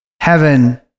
heaven